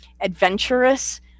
adventurous